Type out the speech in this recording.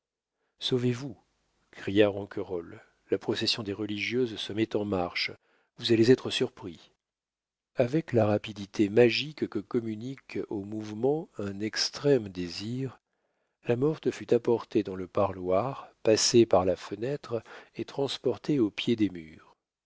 sauvez-vous cria ronquerolles la procession des religieuses se met en marche vous allez être surpris avec la rapidité magique que communique aux mouvements un extrême désir la morte fut apportée dans le parloir passée par la fenêtre et transportée au pied des murs